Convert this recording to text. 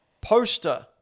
poster